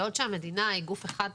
בעוד שהמדינה היא גוף אחד,